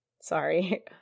sorry